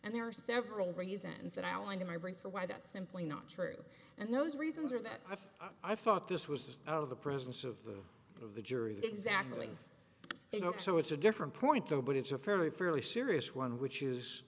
and there are several reasons that i outlined in my brain for why that's simply not true and those reasons are that i thought this was out of the presence of of the jury exactly so it's a different point though but it's a fairly fairly serious one which is